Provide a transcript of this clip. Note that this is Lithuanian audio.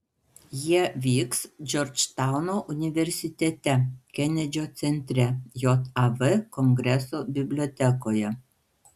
jie vyks džordžtauno universitete kenedžio centre jav kongreso bibliotekoje